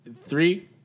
Three